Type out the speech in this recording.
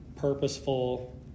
purposeful